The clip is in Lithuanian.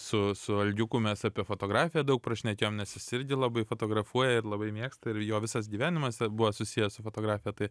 su su algiuku mes apie fotografiją daug prašnekėjom nes jis irgi labai fotografuoja ir labai mėgsta ir jo visas gyvenimas buvo susijęs su fotografija tai